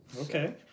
Okay